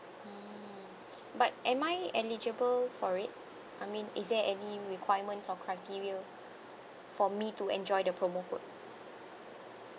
mm but am I eligible for it I mean is there any requirements or criteria for me to enjoy the promo code